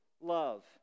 love